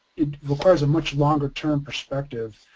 it requires a much longer term perspective.